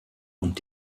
und